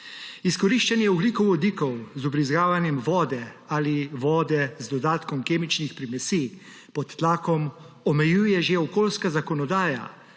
Izkoriščanje ogljikovodikov z vbrizgavanjem vode ali vode z dodatkom kemičnih primesi pod tlakom omejuje že okoljska zakonodaja,